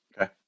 Okay